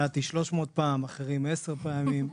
נתי 300 פעם, אחרים עשר פעמים,